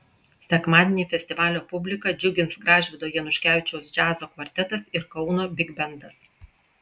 sekmadienį festivalio publiką džiugins gražvydo januškevičiaus džiazo kvartetas ir kauno bigbendas